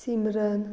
Simran